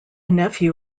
nephew